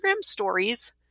stories